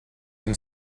can